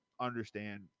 understand